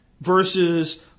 versus